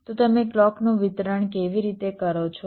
તો તમે ક્લૉકનું વિતરણ કેવી રીતે કરો છો